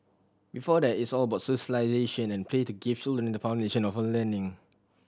before that it's all about socialisation and play to give children the foundation of learning